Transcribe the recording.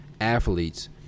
athletes